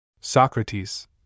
Socrates